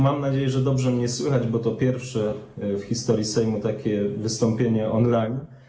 Mam nadzieję, że dobrze mnie słychać, bo to pierwsze w historii Sejmu takie wystąpienie on-line.